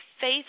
Faith